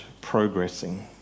progressing